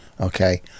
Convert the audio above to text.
Okay